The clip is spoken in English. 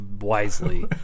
wisely